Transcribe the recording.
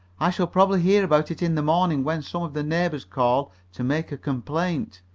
i shall probably hear about it in the morning, when some of the neighbors call to make a complaint.